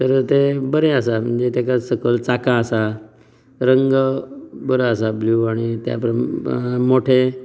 तर तें बरें आसा म्हणजे तेका सकयल चाकां आसा रंग बरो आसा ब्लू आनी मोठे